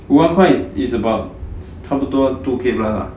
五万块 is about 差不多 two K plus lah